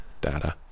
data